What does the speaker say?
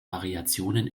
variationen